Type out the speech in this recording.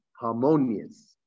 harmonious